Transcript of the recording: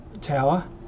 tower